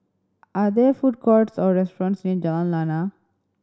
are there food courts or restaurants near Jalan Lana